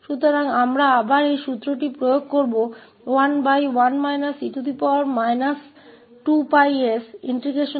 तो हम फिर से इस सूत्र 11 e 2𝜋s02𝜋e stfdt को लागू करेंगे यह 2𝜋 अवधि है